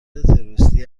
تروریستی